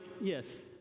yes